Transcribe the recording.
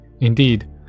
Indeed